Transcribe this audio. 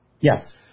Yes